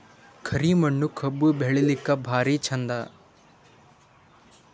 ಕರಿ ಮಣ್ಣು ಕಬ್ಬು ಬೆಳಿಲ್ಲಾಕ ಭಾರಿ ಚಂದ?